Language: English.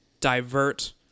divert